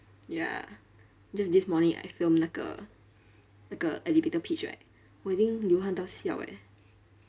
ya just this morning I filmed 那个那个 elevator pitch right 我已经流汗到 siao eh